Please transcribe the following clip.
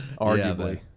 Arguably